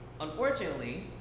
Unfortunately